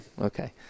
Okay